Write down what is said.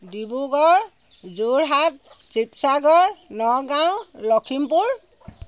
Dibrugarh Jorhat Sivasagar Nagaon Lakhimpur